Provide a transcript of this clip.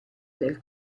del